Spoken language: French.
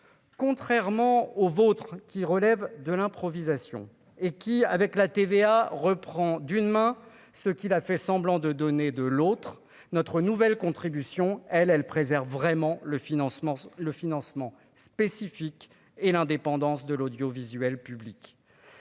Contrairement aux vôtres qui relève de l'improvisation et qui, avec la TVA reprend d'une main ce qu'il a fait semblant de donner de l'autre, notre nouvelle contribution elle elle préserve vraiment le financement le financement spécifique et l'indépendance de l'audiovisuel public